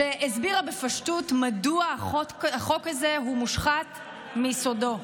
שהסבירה בפשטות מדוע החוק הזה הוא מושחת מיסודו.